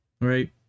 Right